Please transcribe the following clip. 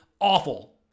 awful